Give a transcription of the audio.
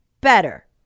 better